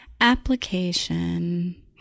application